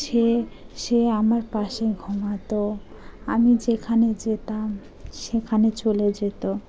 সে সে আমার পাশে ঘুমাতো আমি যেখানে যেতাম সেখানে চলে যেত